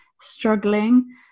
struggling